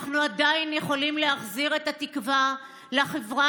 אנחנו עדיין יכולים להחזיר את התקווה לחברה